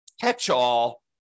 catch-all